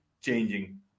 changing